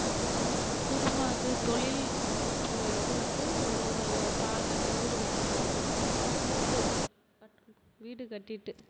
உஸ் குடும்பம் இது தொழில் இது வந்து ஒவ்வொரு பால் காய்ச்ச வீடு கட்டிவிட்டு உங்கள் வீடு கட்டிவிட்டு